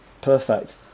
perfect